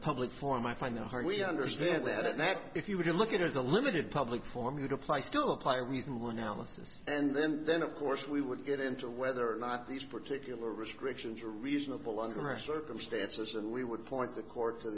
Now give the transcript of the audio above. public forum i find that hard we understand that and that if you were to look at as a limited public forum you'd apply to apply reasonable analysis and then then of course we would get into whether or not these particular restrictions are reasonable under a circumstances and we would point the court